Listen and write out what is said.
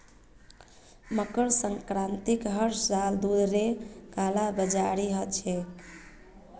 मकर संक्रांतित हर साल दूधेर कालाबाजारी ह छेक